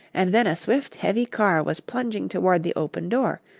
and then a swift, heavy car was plunging toward the open door,